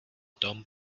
tom